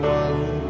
one